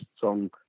song